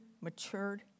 matured